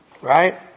Right